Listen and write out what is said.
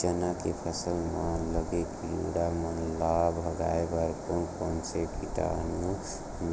चना के फसल म लगे किड़ा मन ला भगाये बर कोन कोन से कीटानु